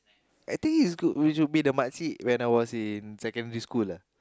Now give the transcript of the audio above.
I think is good we should be the makcik when I was in secondary school ah